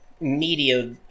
media